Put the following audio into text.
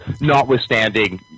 notwithstanding